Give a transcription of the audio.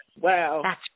wow